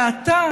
ואתה?